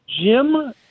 Jim